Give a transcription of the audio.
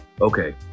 okay